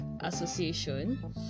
Association